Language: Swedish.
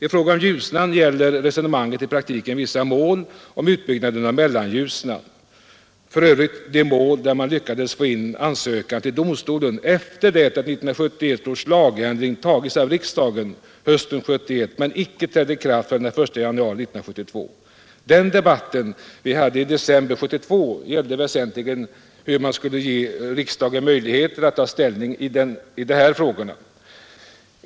I fråga om Ljusnan gäller resonemanget i praktiken vissa mål om utbyggnaden av Mellanljusnan, för övrigt de mål där man lyckades få domstolen att ta emot en ansökan efter det att 1971 års lagändring antagits av riksdagen på hösten 1971 men icke hade trätt i kraft förrän den 1 januari 1972. Den debatt vi förde i december 1972 gällde väsentligen hur man skulle ge riksdagen möjlighet att ta ställning i dessa frågor.